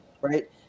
right